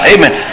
Amen